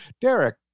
Derek